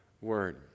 word